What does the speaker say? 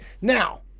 Now